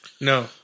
No